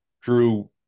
Drew